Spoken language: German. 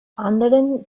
anderen